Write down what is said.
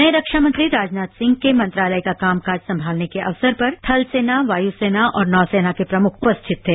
नए रक्षा मंत्री राजनाथ सिंह के मंत्रालय का काम काज संभालने के अवसर पर थल सेना वायुसेना और नौ सेना के प्रमुख उपस्थित थे